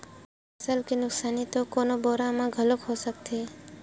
फसल के नुकसानी तो कोनो बेरा म घलोक हो सकत हे